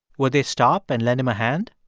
would they stop and lend him a hand?